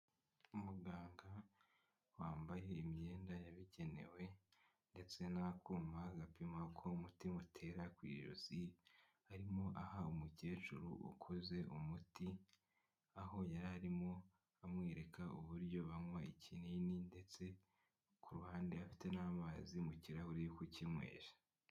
Umuganga wambaye imyenda yabugenewe ndetse n'akuma agapima uko umutima utera kw'ijosi arimo aha umukecuru ukoze umuti aho yari arimo amwereka uburyo banywa ikinini ndetse ku ruhande afite n'amazi mu kirahuri yo kukinywesha.